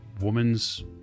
Woman's